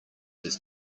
his